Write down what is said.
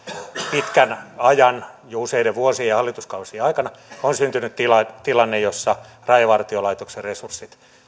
pitkän ajan jo useiden vuosien ja hallituskausien aikana on syntynyt tilanne jossa rajavartiolaitoksen resurssit